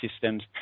systems